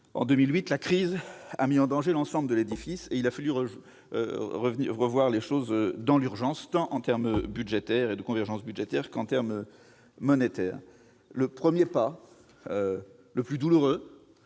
En 2008, la crise a mis en danger l'ensemble de l'édifice, et il a fallu revoir les choses dans l'urgence, tant s'agissant de la convergence budgétaire qu'en termes monétaires. Le premier pas, douloureux,